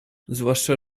zwłaszcza